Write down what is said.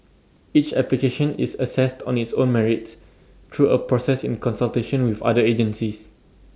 each application is assessed on its own merits through A process in consultation with other agencies